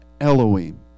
Elohim